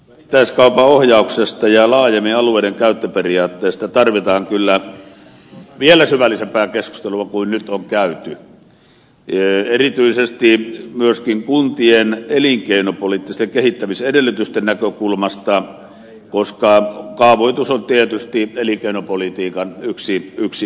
vähittäiskaupan ohjauksesta ja laajemmin alueiden käyttöperiaatteista tarvitaan kyllä vielä syvällisempää keskustelua kuin nyt on käyty erityisesti myöskin kuntien elinkeinopoliittisten kehittämisedellytysten näkökulmasta koska kaavoitus on tietysti elinkeinopolitiikan yksi osa